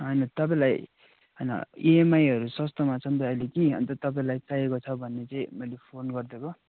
होइन तपाईँलाई होइन इएमआईहरू सस्तोमा छ नि त अहिले कि अन्त तपाईँलाई चाहिएको छ भने चाहिँ मैले फोन गरिदिएको